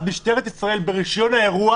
אז משטרת ישראל ברישיון האירוע